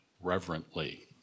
reverently